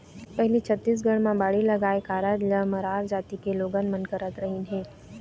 पहिली छत्तीसगढ़ म बाड़ी लगाए कारज ल मरार जाति के लोगन मन करत रिहिन हे